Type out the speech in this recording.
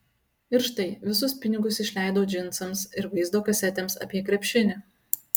ir štai visus pinigus išleidau džinsams ir vaizdo kasetėms apie krepšinį